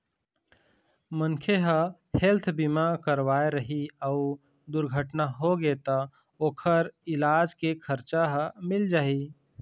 मनखे ह हेल्थ बीमा करवाए रही अउ दुरघटना होगे त ओखर इलाज के खरचा ह मिल जाही